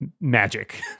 magic